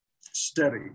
steady